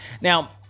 now